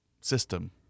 system